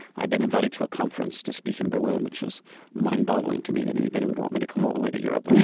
i'd been invited to a conference to speak in berlin, which was mind-boggling to me that anybody would want me to come all the way to europe, and yeah